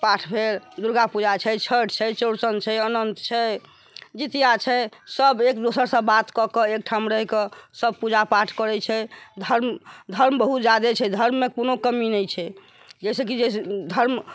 पाठ भेल दुर्गापूजा छै छठि छै चौड़चन छै अनन्त छै जितिया छै सब एकदोसर सँ बात कऽ कऽ एकठाम रही कऽ सब पूजा पाठ करै छै धर्म धर्म बहुत जादे छै धर्म मे कोनो कमी नहि छै जाहिसेकी धर्म